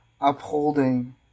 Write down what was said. upholding